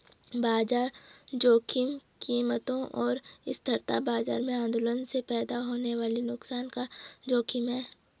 बाजार जोखिम कीमतों और अस्थिरता बाजार में आंदोलनों से पैदा होने वाले नुकसान का जोखिम है